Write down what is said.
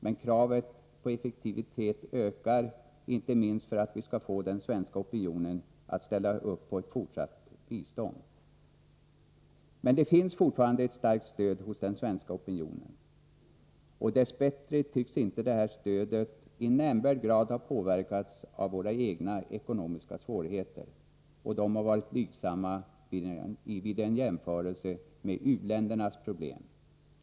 Men kravet på effektivitet ökar — inte minst för att vi skall få den svenska opinionen att ställa sig bakom ett fortsatt bistånd. Det finns fortfarande ett starkt stöd för svenska biståndsinsatser hos den svenska opinionen. Dess bättre tycks detta stöd inte nämnvärt ha påverkats av våra egna ekonomiska svårigheter. Dessa är blygsamma vid en jämförelse med u-ländernas problem.